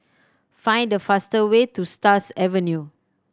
find the fast way to Stars Avenue